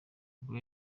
ubwo